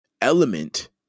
element